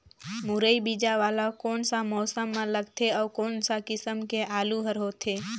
मुरई बीजा वाला कोन सा मौसम म लगथे अउ कोन सा किसम के आलू हर होथे?